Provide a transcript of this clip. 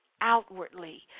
outwardly